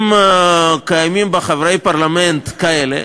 אם קיימים בה חברי פרלמנט כאלה,